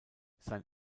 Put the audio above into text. sein